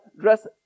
dress